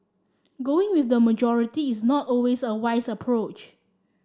going with the majority is not always a wise approach